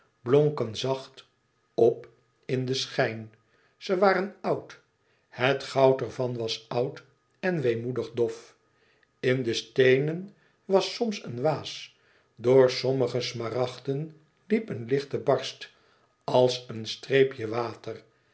blonken zacht op in den schijn ze waren oud het goud ervan was oud en weemoedig dof in de steenen was soms een waas door sommige smaragden liep een lichte barst als een streepje water